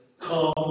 Come